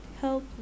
help